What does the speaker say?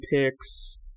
picks